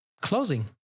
closing